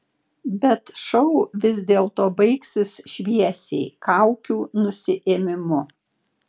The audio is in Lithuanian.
bet šou vis dėlto baigsis šviesiai kaukių nusiėmimu